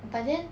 but then